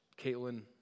Caitlin